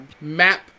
map